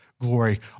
glory